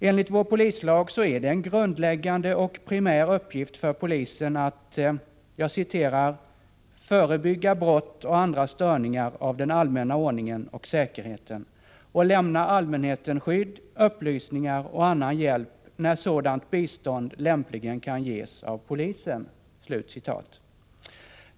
Enligt vår polislag är det en grundläggande och primär uppgift för polisen att ”förebygga brott och andra störningar av den allmänna ordningen och säkerheten” och ”lämna allmänheten skydd, upplysningar och annan hjälp, när sådant bistånd lämpligen kan ges av polisen”.